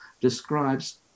describes